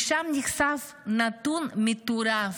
ושם נחשף נתון מטורף: